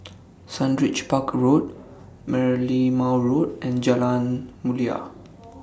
Sundridge Park Road Merlimau Road and Jalan Mulia